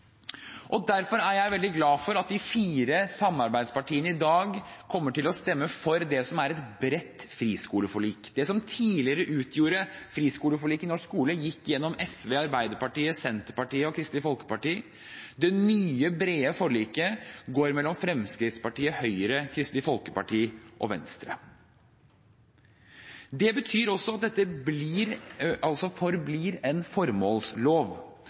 Stortinget. Derfor er jeg veldig glad for at de fire samarbeidspartiene i dag kommer til å stemme for det som er et bredt friskoleforlik. Det som tidligere utgjorde friskoleforliket i norsk skole, gikk mellom SV, Arbeiderpartiet, Senterpartiet og Kristelig Folkeparti. Det nye brede forliket går mellom Fremskrittspartiet, Høyre, Kristelig Folkeparti og Venstre. Det betyr også at dette forblir en formålslov,